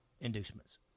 inducements